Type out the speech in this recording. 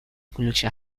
کلوچه